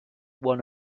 one